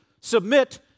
submit